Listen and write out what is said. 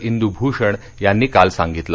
इंदू भूषण यांनी काल सांगितलं